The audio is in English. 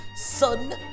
son